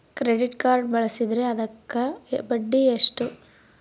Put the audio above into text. Credit card ಬಳಸಿದ್ರೇ ಅದಕ್ಕ ಬಡ್ಡಿ ಎಷ್ಟು?